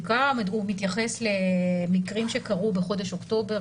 הוא מתייחס למקרים שקרו בחודש אוקטובר,